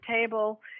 table